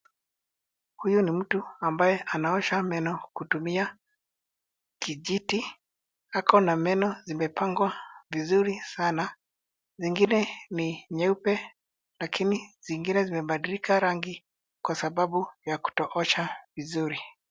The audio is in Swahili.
Huyu ni mtu ambaye anaosha meno kutumia kijiti. Ako na meno zimepangwa vizuri sana. Zingine ni nyeupe lakini zengine zimebadilika rangi kwa sababu ya kutoosha vizuri.